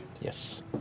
Yes